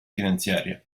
finanziaria